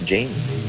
James